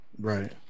Right